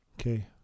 Okay